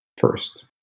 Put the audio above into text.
first